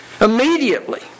immediately